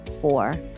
four